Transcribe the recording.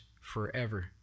forever